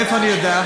מאיפה אני יודע?